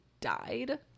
died